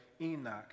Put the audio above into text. Enoch